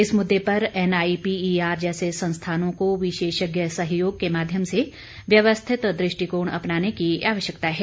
इस मुददे पर एनआईपीईआर जैसे संस्थानों का विशेषज्ञ सहयोग के माध्यम से व्यवस्थित दृष्टिकोण अपनाने की आवश्यकता है